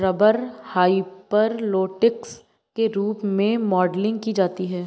rubber hyperelastic के रूप में मॉडलिंग की जाती है